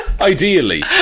Ideally